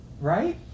right